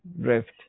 drift